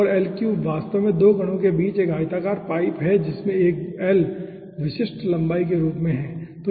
और वास्तव में 2 कणों के बीच एक आयताकार पाइप है जिसमें l विशिष्ट लंबाई के रूप में है ठीक है